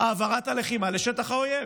העברת הלחימה לשטח האויב.